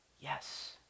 Yes